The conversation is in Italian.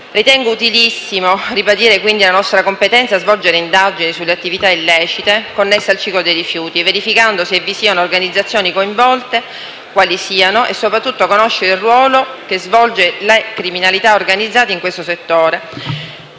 ritengo utilissimo ribadire la nostra competenza a svolgere indagini sulle attività illecite connesse al ciclo dei rifiuti, verificando se vi siano organizzazioni coinvolte, quali siano e, soprattutto, conoscere il ruolo che la criminalità organizzata svolge in questo settore.